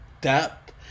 depth